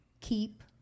keep